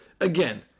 Again